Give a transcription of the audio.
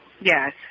Yes